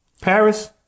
Paris